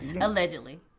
Allegedly